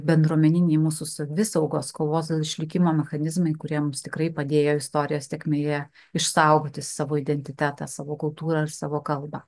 bendruomeniniai mūsų savisaugos kovos dėl išlikimo mechanizmai kuriems tikrai padėjo istorijos tėkmėje išsaugoti savo identitetą savo kultūrą ir savo kalbą